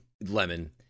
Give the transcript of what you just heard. Lemon